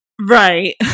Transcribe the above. right